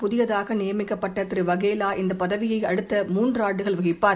புதியதாக நியமிக்கப்பட்ட திருவகேலா இந்தப் பதவியை அடுத்த மூன்றாண்டுகள் வகிப்பார்